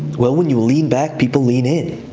well, when you lean back, people lean in.